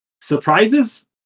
Surprises